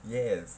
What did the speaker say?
yes